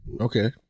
Okay